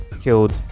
killed